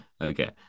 Okay